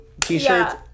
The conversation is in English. T-shirts